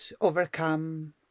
overcome